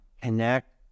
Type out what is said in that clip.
connect